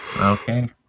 Okay